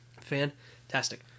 Fantastic